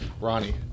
Ronnie